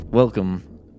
Welcome